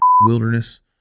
wilderness